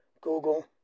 Google